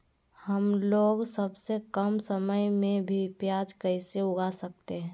हमलोग सबसे कम समय में भी प्याज कैसे उगा सकते हैं?